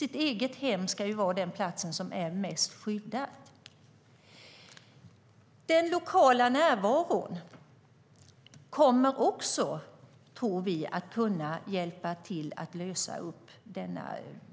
Det egna hemmet ska ju vara den plats där man är mest skyddad. Den lokala närvaron kommer också att kunna hjälpa till att lösa denna